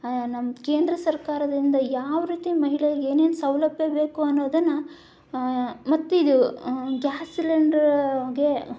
ನಮ್ಮ ಕೇಂದ್ರ ಸರ್ಕಾರದಿಂದ ಯಾವ ರೀತಿ ಮಹಿಳೆಯರಿಗೆ ಏನೇನು ಸೌಲಭ್ಯ ಬೇಕೋ ಅನ್ನೋದನ್ನು ಮತ್ತಿದು ಗ್ಯಾಸ್ ಸಿಲಿಂಡರಿಗೆ